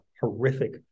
horrific